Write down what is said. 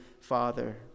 father